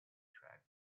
truck